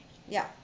yup